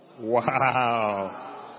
Wow